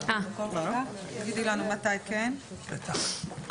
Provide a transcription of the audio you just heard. אתם בטח גם